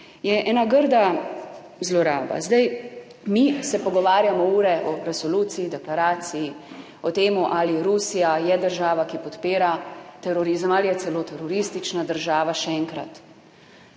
je grda zloraba. Zdaj se pogovarjamo ure o resoluciji, deklaraciji, o tem, ali Rusija je država, ki podpira terorizem, ali je celo teroristična država. Še enkrat,